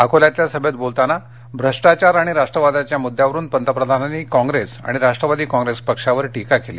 अकोल्यातल्या सभेत बोलतान भ्रष्टाचार आणि राष्ट्रवादाच्या मृद्यावरून पंतप्रधानांनी काँग्रेस आणि राष्ट्रवादी काँग्रेस पक्षावर टीका केली